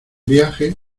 viaje